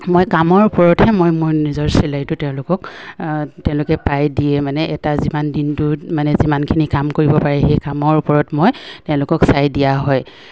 মই কামৰ ওপৰতহে মই মোৰ নিজৰ চিলাইটো তেওঁলোকক তেওঁলোকে পাই দিয়ে মানে এটা যিমান দিনটোত মানে যিমানখিনি কাম কৰিব পাৰে সেই কামৰ ওপৰত মই তেওঁলোকক চাই দিয়া হয়